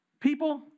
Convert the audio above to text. people